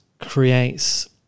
creates